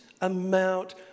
amount